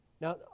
Now